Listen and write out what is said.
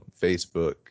Facebook